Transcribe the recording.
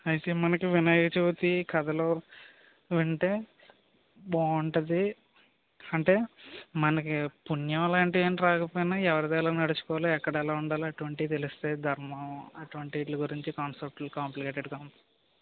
అయితే మనకి వినాయక చవితి కథలో వింటే బాగుంటుంది అంటే మనకి పుణ్యం అలాంటివి ఏమీ రాకపోయినా ఎవరితో ఎలా నడుచుకోవాలో ఎక్కడ ఎలా ఉండాలో అటువంటివి తెలుస్తాయి ధర్మం అటువంటి వీటి గురించి కాన్సెప్టులు కంప్లికేటెడ్గా